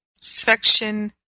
Section